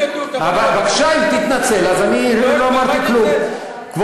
בבקשה, אם תתנצל, אז לא אמרתי כלום.